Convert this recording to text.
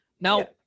Now